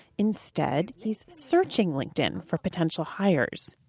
instead he's searching linkedin for potential hires.